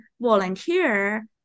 volunteer